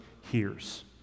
hears